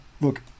Look